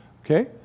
Okay